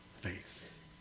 faith